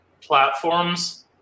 platforms